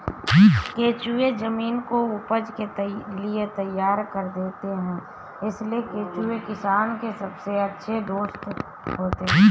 केंचुए जमीन को उपज के लिए तैयार कर देते हैं इसलिए केंचुए किसान के सबसे अच्छे दोस्त होते हैं